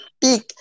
Big